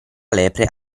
lepre